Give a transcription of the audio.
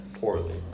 Poorly